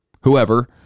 whoever